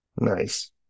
nice